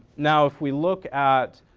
now if we look at